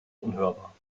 unhörbar